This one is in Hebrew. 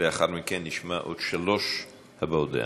לאחר מכן נשמע עוד שלוש הבעות דעה.